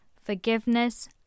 forgiveness